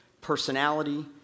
personality